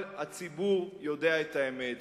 אבל הציבור יודע את האמת.